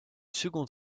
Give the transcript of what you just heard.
second